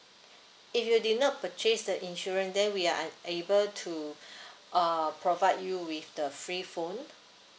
if you did not purchase the insurance then we are unable to uh provide you with the free phone